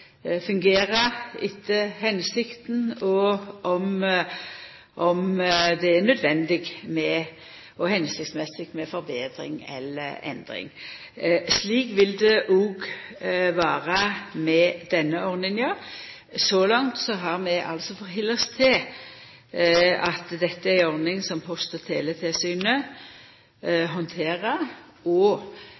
fungerer etter føremålet, og om det er nødvendig og hensiktsmessig med forbetringar eller endringar. Slik vil det òg vera med denne ordninga. Så langt har vi altså halde oss til at dette er ei ordning som Post- og teletilsynet handterer, og